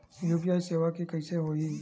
UPI सेवा के कइसे होही?